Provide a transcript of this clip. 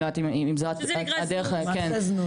שזה נקרא זנות.